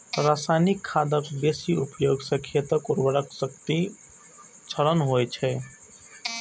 रासायनिक खादक बेसी उपयोग सं खेतक उर्वरा शक्तिक क्षरण होइ छै